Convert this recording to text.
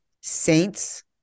Saints